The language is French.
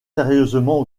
sérieusement